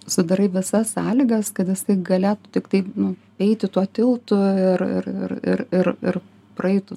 sudarai visas sąlygas kad jisai galėtų tiktai nu eiti tuo tiltu ir ir ir ir praeitų